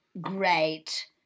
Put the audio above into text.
great